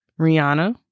Rihanna